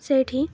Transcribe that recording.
ସେଇଠି